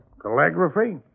Calligraphy